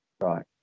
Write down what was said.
Right